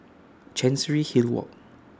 Chancery Hill Walk